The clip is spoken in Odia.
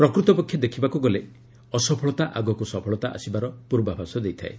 ପ୍ରକୃତପକ୍ଷେ ଦେଖିବାକୁ ଗଲେ ଅସଫଳତା ଆଗକୁ ସଫଳତା ଆସିବାର ପୂର୍ବାଭାଷ ଦେଇଥାଏ